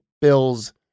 Bills